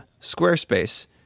Squarespace